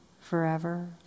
forever